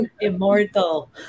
Immortal